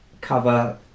cover